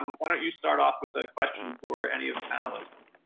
um why don't you start off with a question for any of the panelists.